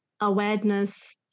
awareness